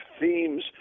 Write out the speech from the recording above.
themes